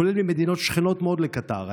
כולל ממדינות שכנות מאוד לקטאר,